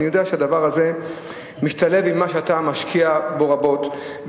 אני יודע שהדבר הזה משתלב עם מה שאתה משקיע בו רבות,